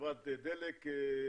בחברת דלק.